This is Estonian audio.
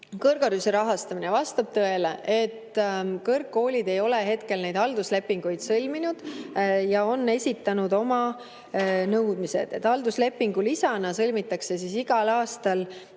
kõrghariduse rahastamine. Vastab tõele, et kõrgkoolid ei ole neid halduslepinguid sõlminud ja on esitanud oma nõudmised, et halduslepingu lisana sõlmitakse igal aastal